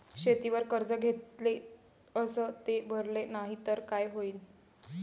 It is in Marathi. शेतीवर कर्ज घेतले अस ते भरले नाही तर काय होईन?